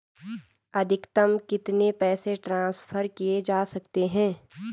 अधिकतम कितने पैसे ट्रांसफर किये जा सकते हैं?